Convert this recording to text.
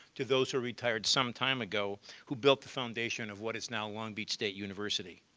to those who retired some time ago, who built the foundation of what is now long beach state university.